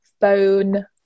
phone